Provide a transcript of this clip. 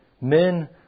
men